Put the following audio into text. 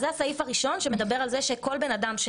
זה הסעיף הראשון שמדבר על כך שכל בן אדם,